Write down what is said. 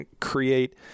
create